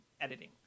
editing